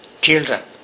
children